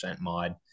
mod